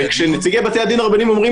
וכשנציגי בתי הדין הרבניים אומרים